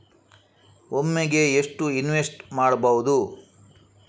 ಒಮ್ಮೆಗೆ ಎಷ್ಟು ಇನ್ವೆಸ್ಟ್ ಮಾಡ್ಬೊದು?